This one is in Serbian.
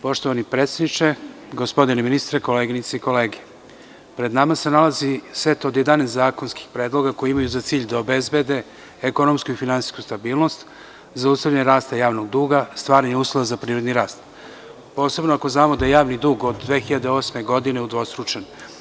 Poštovani predsedniče, gospodine ministre, koleginice i kolege, pred nama se nalazi set od jedanaest zakonskih predloga koji imaju za cilj da obezbede ekonomsku i finansijsku stabilnost, zaustavljanje rasta javnog duga, stvaranje uslova za privredni rast, posebno ako znamo da javni dug od 2008. godine udvostručen.